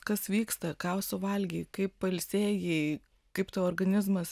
kas vyksta ką suvalgei kaip pailsėjai kaip tavo organizmas